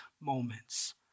moments